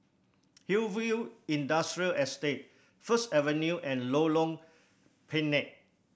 Hillview Industrial Estate First Avenue and Lorong Pendek